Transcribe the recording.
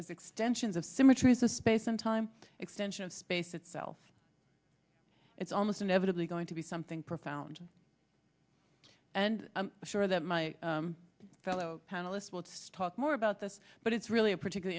as extensions of symmetries the space and time extension of space itself it's almost inevitably going to be something profound and i'm sure that my fellow panelists will talk more about this but it's really a particular